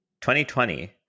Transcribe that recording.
2020